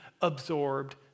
absorbed